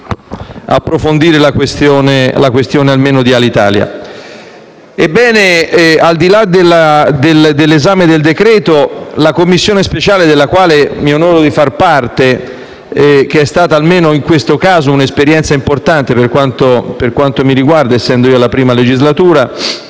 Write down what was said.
Ebbene, al di là dell'esame del decreto-legge, la Commissione speciale della quale mi onoro di far parte - che è stata, almeno in questo caso, un'esperienza importante per quanto mi riguarda, essendo io alla prima legislatura